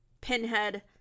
Pinhead